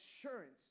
assurance